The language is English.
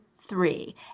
three